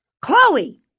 Chloe